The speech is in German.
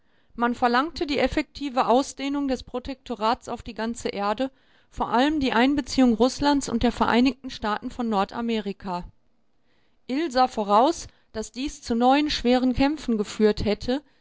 man verlangte die effektive ausdehnung des protektorats auf die ganze erde vor allem die einbeziehung rußlands und der vereinigten staaten von nordamerika ill sah voraus daß dies zu neuen schweren kämpfen geführt hätte